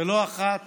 לא אחת